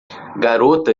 garota